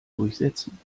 durchsetzen